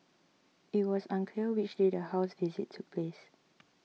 it was unclear which day the house visit took place